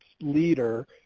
leader